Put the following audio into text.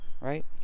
right